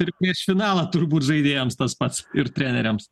ir prieš finalą turbūt žaidėjams tas pats ir treneriams